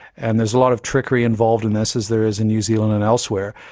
and there's a lot of trickery involved in this, as there is in new zealand and elsewhere,